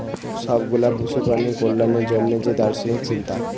সব গুলা পশু প্রাণীর কল্যাণের জন্যে যে দার্শনিক চিন্তা